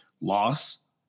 loss